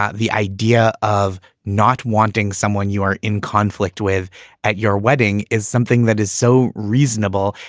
ah the idea of not wanting someone you are in conflict with at your wedding is something that is so reasonable.